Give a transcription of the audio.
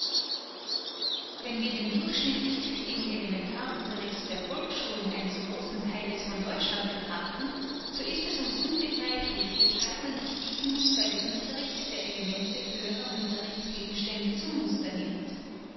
wenn wir den durchschnittlich tüchtigen elementar unterricht der volksschulen eines großen theiles von deutschland betrachten so ist es uns unbegreiflich weßhalb man sich diesen nicht bei dem unterricht der elemente höherer unterrichtsgegenstände zum muster nimmt